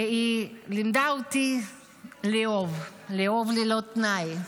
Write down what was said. והיא לימדה אותי לאהוב, לאהוב ללא תנאי.